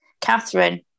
Catherine